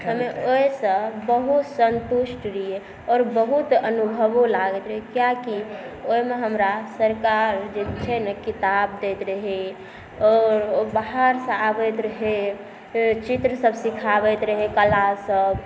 पहिले ओहिसँ बहुत सन्तुष्ट रहिए आओर बहुत अनुभवो लागैत रहै कियाकि ओहिमे हमरा सरकार जे छै ने किताब दैत रहै आओर बाहरसँ आबैत रहै फेर चित्रसब सिखाबैत रहै कलासब